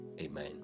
Amen